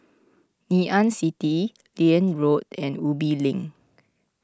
Ngee Ann City Liane Road and Ubi Link